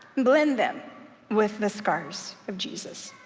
blend them with the scars of jesus,